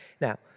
Now